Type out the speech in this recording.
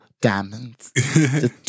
diamonds